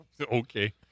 Okay